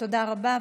תודה רבה.